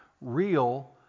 real